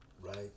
Right